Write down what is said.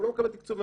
הוא לא מקבל תקצוב.